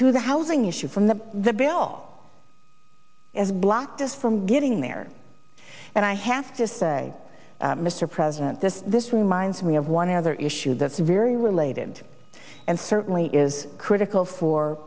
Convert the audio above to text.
to the housing issue from the the bill is blocked us from getting there and i have to say mr president this this reminds me of one other issue that's very related and certainly is critical for